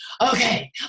okay